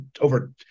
over